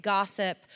gossip